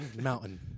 Mountain